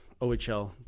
OHL